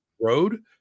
road